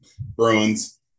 Bruins